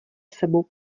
sebou